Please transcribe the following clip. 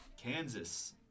Kansas